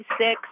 six